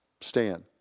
stand